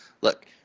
look